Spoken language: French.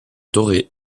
dorée